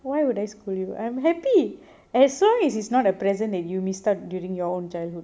why would a scold you I'm happy as long as it's not a present and you missed out during your childhood